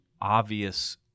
obvious